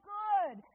good